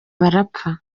barapfa